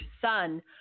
son